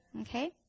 okay